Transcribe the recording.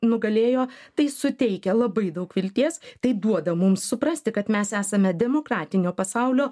nugalėjo tai suteikia labai daug vilties tai duoda mums suprasti kad mes esame demokratinio pasaulio